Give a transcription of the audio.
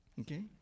okay